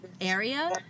area